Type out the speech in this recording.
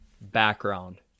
background